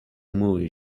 movie